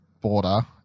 border